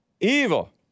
Evil